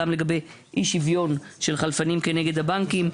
לגבי אי שוויון של חלפנים כנגד הבנקים,